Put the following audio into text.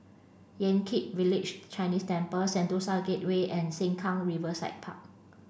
Yan Kit Village Chinese Temple Sentosa Gateway and Sengkang Riverside Park